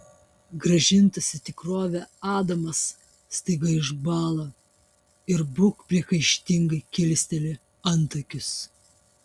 grąžintas į tikrovę adamas staiga išbąla ir bruk priekaištingai kilsteli antakius